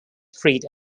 street